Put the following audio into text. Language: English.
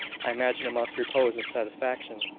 i imagine it must repose in satisfaction.